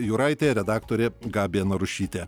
jūraitė redaktorė gabija narušytė